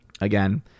Again